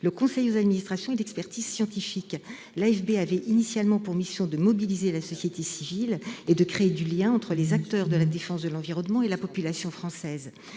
le conseil aux administrations et l'expertise scientifique, l'AFB avait initialement pour mission de mobiliser la société civile et de créer des liens entre les acteurs de la défense de l'environnement et la population française.